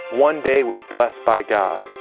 one day was blessed by god,